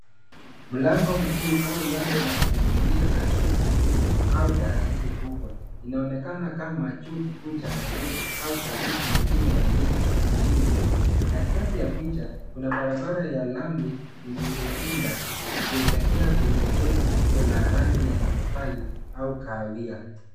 Mlango mkuu au lango la kuingilia la chuo kikuu au taasisi kubwa. Inaonekana kama chuo kikuu cha Nairobi au taasisi nyingine ya elimu inchini Kenya. Katikati ya picha, kuna barabara ya lami iliyopinda, ikielekea kwenye jengo kubwa la rangi ya matofali au kahawia.